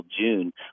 June